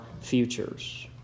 futures